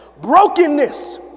brokenness